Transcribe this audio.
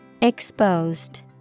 Exposed